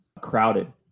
crowded